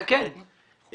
יש